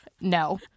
no